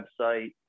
website